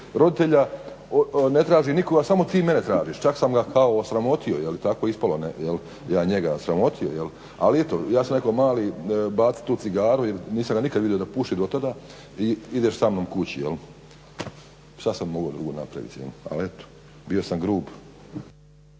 roditelja ne traži nitko, a samo ti mene tražiš. Čak sam ga kao i osramotio jel je tako ispalo, ja njega sramotio. Ali eto, ja sam rekao mali baci tu cigaru jel nisam ga nikada vidio da puši do tada i ideš sa mnom kući. Šta sam mogao drugo napraviti? Ali eto, bio sam grub.